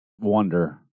wonder